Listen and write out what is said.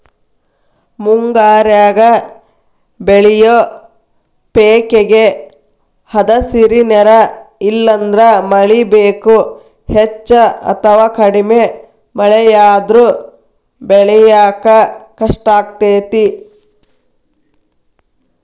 ಮುಂಗಾರ್ಯಾಗ ಬೆಳಿಯೋ ಪೇಕೇಗೆ ಹದಸಿರಿ ನೇರ ಇಲ್ಲಂದ್ರ ಮಳಿ ಬೇಕು, ಹೆಚ್ಚ ಅಥವಾ ಕಡಿಮೆ ಮಳೆಯಾದ್ರೂ ಬೆಳ್ಯಾಕ ಕಷ್ಟಾಗ್ತೇತಿ